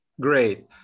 great